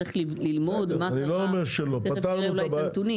צריך ללמוד מה קרה, ומיד נראה אולי את הנתונים.